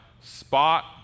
spot